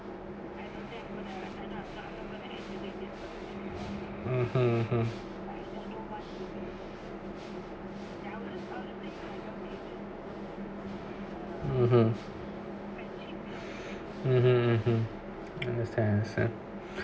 (uh huh) understand understand